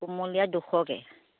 কোমলীয়া দুশকৈ